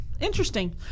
Interesting